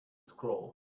scroll